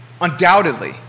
Undoubtedly